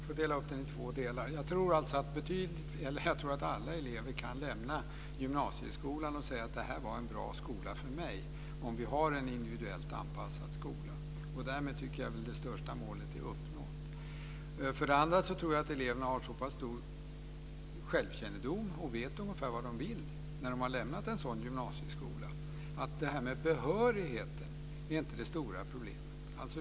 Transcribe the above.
Herr talman! Jag får dela upp det här i två delar. För det första tror jag att alla elever kan lämna gymnasieskolan och säga att det var en bra skola för dem om vi har en individuellt anpassad skola. Därmed tycker jag väl att det största målet är uppnått. För det andra tror jag att eleverna har så pass stor självkännedom och vet ungefär vad de vill när de har lämnat en sådan gymnasieskola att det här med behörigheten inte är det stora problemet.